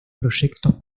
proyectos